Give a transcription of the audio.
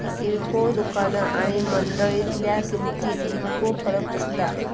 किरकोळ दुकाना आणि मंडळीतल्या किमतीत कितको फरक असता?